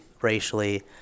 racially